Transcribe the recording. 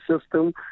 system